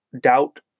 doubt